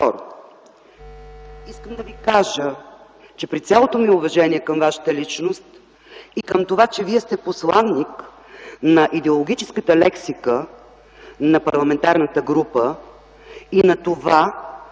Второ, искам да Ви кажа, че при цялото ми уважение към Вашата личност и към това, че Вие сте посланик на идеологическата лексика на парламентарната група и на това,